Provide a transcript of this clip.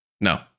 no